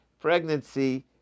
pregnancy